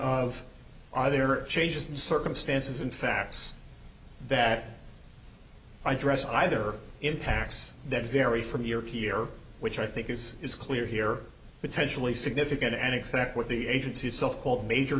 of other changes circumstances and facts that i dress either impacts that vary from year to year which i think is is clear here potentially significant an effect what the agency itself called major